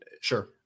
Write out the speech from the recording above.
sure